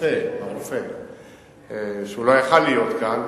מהרופא שהוא לא יכול היה להיות כאן,